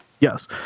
Yes